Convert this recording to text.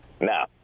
Now